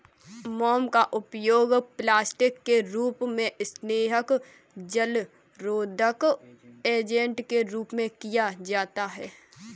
मोम का उपयोग प्लास्टिक के रूप में, स्नेहक, जलरोधक एजेंट के रूप में किया जाता है